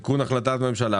תיקון החלטת ממשלה,